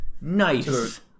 Nice